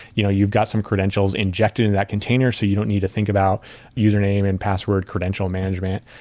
you know you've got some credentials injected in that container so you don't need to think about username and password credential management,